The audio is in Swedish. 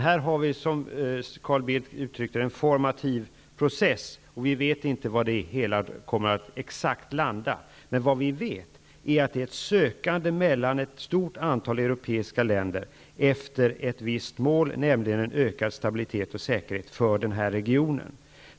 Här har vi, som Carl Bildt uttryckte det, en formativ process, och vi vet inte exakt var det hela kommer att landa, men vad vi vet är att det är ett sökande mellan ett stort antal europeiska länder efter ett visst mål, nämligen en ökad stabiblitet och säkerhet för den här regionen.